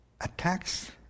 attacks